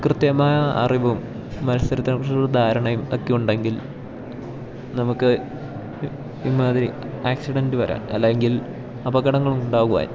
കൃത്യമായ അറിവും മത്സരത്തെക്കുറിച്ചുള്ള ധാരണയും ഒക്കെ ഉണ്ടെങ്കിൽ നമുക്ക് ഇമ്മാതിരി ആക്സിഡൻ്റ് വരാന് അല്ലെങ്കിൽ അപകടങ്ങൾ ഉണ്ടാകുവാൻ